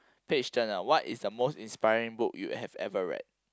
page turner what is the most inspiring book you have ever read